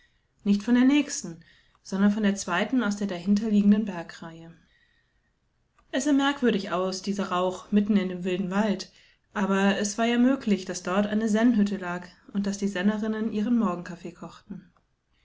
nicht von der nächsten sondern von der zweiten aus der dahinterliegenden bergreihe es sah merkwürdig aus dieser rauch mitten in dem wilden wald aber es war ja möglich daß dort eine sennhütte lag und daß die sennerinnen ihren morgenkaffeekochten